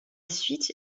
suite